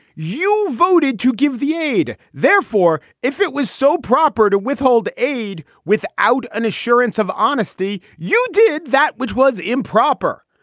you voted to give the aid. therefore, if it was so proper to withhold aid without an assurance of honesty, you did that, which was improper.